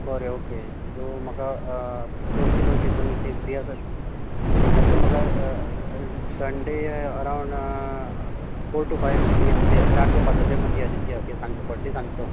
बरें okay so म्हाका दोन किलो दी तुमी कितें फ्री आसा तें म्हाका Sunday around four to five p m म्हणजे चार ते पांचाच्या मदी दी कित्याक बड्डे सांजचो